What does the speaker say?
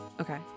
Okay